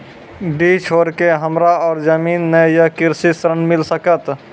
डीह छोर के हमरा और जमीन ने ये कृषि ऋण मिल सकत?